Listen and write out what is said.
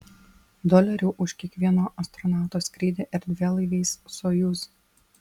dolerių už kiekvieno astronauto skrydį erdvėlaiviais sojuz